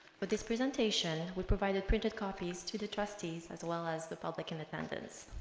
but this presentation will provide a printed copies to the trustees as well as the public independence